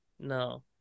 No